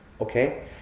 Okay